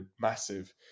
massive